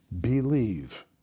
believe